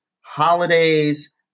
holidays